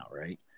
right